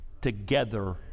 together